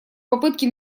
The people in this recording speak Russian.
попытки